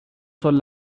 son